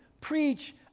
preach